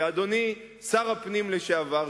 ואדוני שר הפנים לשעבר,